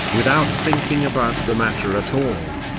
without thinking about the matter at all.